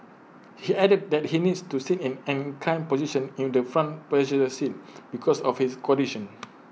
he added that he needs to sit in an inclined position in the front passenger seat because of his condition